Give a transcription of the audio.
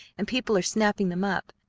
and people are snapping them up.